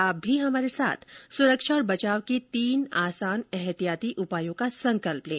आप भी हमारे साथ सुरक्षा और बचाव के तीन आसान एहतियाती उपायों का संकल्प लें